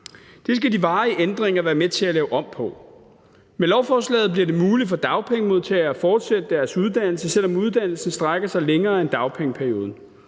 Det skal de varige ændringer være med til at lave om på. Med lovforslaget bliver det muligt for dagpengemodtagere at fortsætte deres uddannelse, selv om uddannelsen strækker sig længere end dagpengeperioden.